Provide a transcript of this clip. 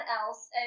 else